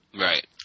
Right